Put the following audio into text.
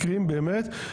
מקרים באמת.